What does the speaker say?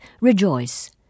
rejoice